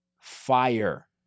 Fire